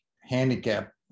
handicap